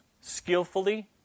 skillfully